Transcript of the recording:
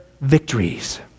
victories